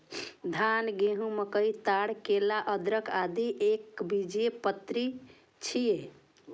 धान, गहूम, मकई, ताड़, केला, अदरक, आदि एकबीजपत्री छियै